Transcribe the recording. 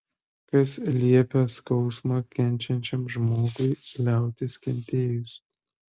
kas liepia skausmą kenčiančiam žmogui liautis kentėjus